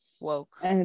woke